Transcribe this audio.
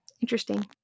interesting